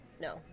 No